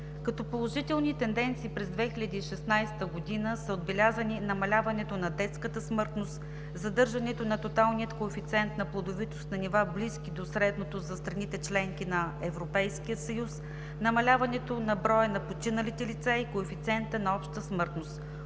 Като положителни тенденции през 2016 г. са отбелязани: намаляването на детската смъртност; задържането на тоталния коефициент на плодовитост на нива, близки до средното за страните – членки на Европейския съюз; намаляването броя на починалите лица и коефициента на обща смъртност;